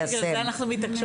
בדיוק בגלל זה אנחנו מתעקשות.